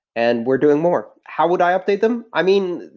and we're doing more. how would i update them? i mean,